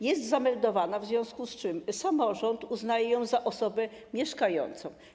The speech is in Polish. Jest zameldowana, w związku z czym samorząd uznaje ją za osobę mieszkającą.